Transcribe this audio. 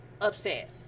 upset